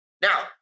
Now